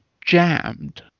jammed